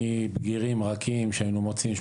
מבגירים רכים 18,